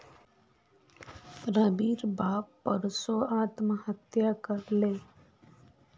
रविर बाप परसो आत्महत्या कर ले